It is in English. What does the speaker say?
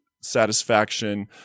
satisfaction